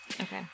okay